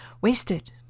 wasted